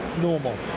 normal